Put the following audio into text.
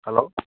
hello